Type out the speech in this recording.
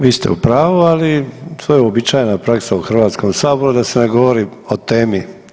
Vi ste u pravu, ali to je uobičajena praksa u HS da se ne govori o temi.